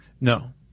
No